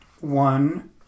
one